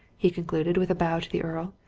he concluded, with a bow to the earl,